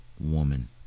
woman